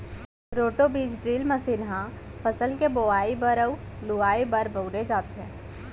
roto बीज drill machine ह फसल के बोवई बर अउ लुवाई बर बउरे जाथे